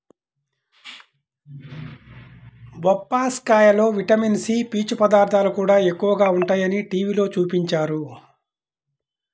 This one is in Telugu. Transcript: బొప్పాస్కాయలో విటమిన్ సి, పీచు పదార్థాలు కూడా ఎక్కువగా ఉంటయ్యని టీవీలో చూపించారు